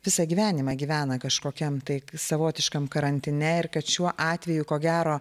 visą gyvenimą gyvena kažkokiam taip savotiškam karantine ir kad šiuo atveju ko gero